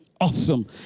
awesome